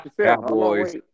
Cowboys